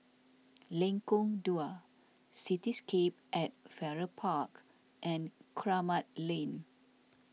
Lengkong Dua Cityscape at Farrer Park and Kramat Lane